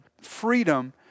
freedom